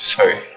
Sorry